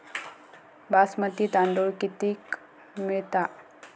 बासमती तांदूळ कितीक मिळता?